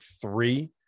three